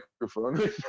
microphone